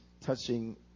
touching